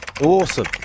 Awesome